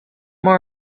more